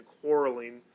quarreling